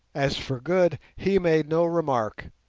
as for good he made no remark,